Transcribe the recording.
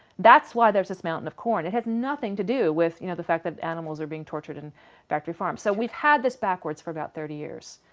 that's why there's this mountain of corn, it had nothing to do with you know the fact that animals are being tortured at and factory farms. so we've had this backwards for about thirty years.